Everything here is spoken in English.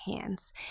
hands